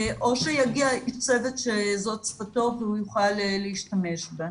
או שיגיע איש צוות שזאת שפתו ו הוא יוכל להשתמש בה.